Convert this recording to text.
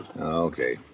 Okay